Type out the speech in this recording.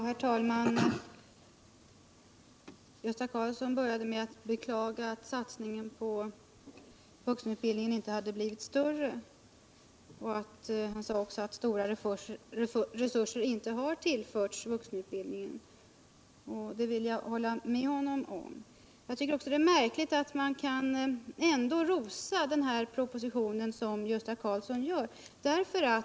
Herr talman! Gösta Karlsson började med att beklaga att satsningen på vuxenutbildningen inte hade blivit större. Han sade också att några stora resurser inte har tillförts vuxenutbildningen. Det vill jag hålla med honom om. Jag tycker att det är märkligt att man ändå kan rosa propositionen så som Gösta Karlsson gör.